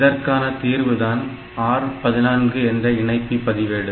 இதற்கான தீர்வுதான் R 14 என்ற இணைப்பி பதிவேடு